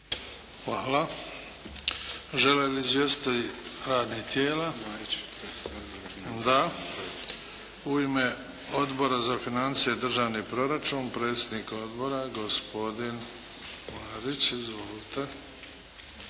Hvala. Žele li izvjestitelji radnih tijela? Da. U ime Odbora za financije i državni proračun, predsjednik Odbora, gospodin Marić. Izvolite.